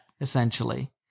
essentially